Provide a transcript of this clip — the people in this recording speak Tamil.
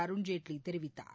அருண் ஜேட்லி தெரிவித்தார்